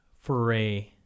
foray